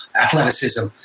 athleticism